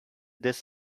this